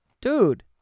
dude